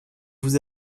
vous